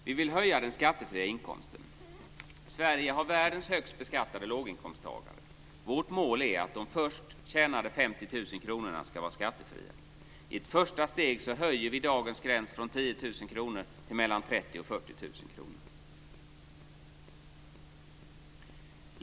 Vi vill höja den skattefria inkomsten. Sverige har världens högst beskattade låginkomsttagare. Vårt mål är att de först tjänade 50 000 kronorna ska vara skattefria. I ett första steg höjer vi dagens gräns från 10 000 kr till mellan 30 000 och 40 000 kr.